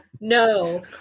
no